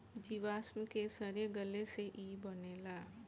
जीवाश्म के सड़े गले से ई बनेला